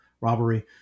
robbery